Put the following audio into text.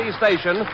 station